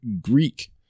Greek